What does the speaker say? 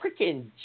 freaking